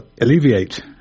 alleviate